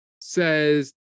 says